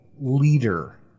leader